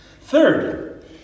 Third